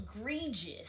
egregious